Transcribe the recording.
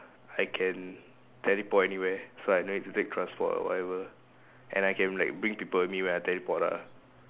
I can teleport anywhere so I no need take transport or whatever and I can like bring people with me when I teleport ah